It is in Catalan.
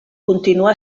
continua